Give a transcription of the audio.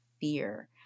fear